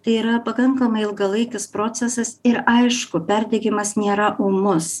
tai yra pakankamai ilgalaikis procesas ir aišku perdegimas nėra ūmus